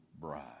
bride